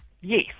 Yes